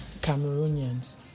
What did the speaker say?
Cameroonians